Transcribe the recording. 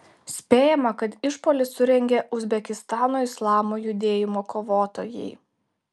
spėjama kad išpuolį surengė uzbekistano islamo judėjimo kovotojai